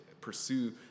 pursue